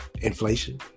Inflation